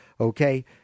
okay